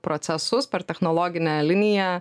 procesus per technologinę liniją